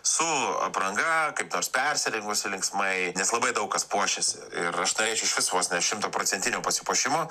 su apranga kaip nors persirengusį linksmai nes labai daug kas puošiasi ir aš norėčiau išvis vos ne šimtaprocentinio pasipuošimo